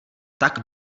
tak